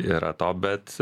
yra to bet